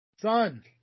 Son